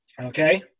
Okay